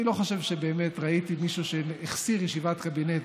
אני לא חושב שבאמת ראיתי מישהו שהחסיר ישיבת קבינט,